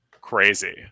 crazy